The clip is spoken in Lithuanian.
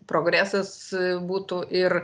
progresas būtų ir